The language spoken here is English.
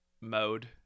mode